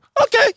okay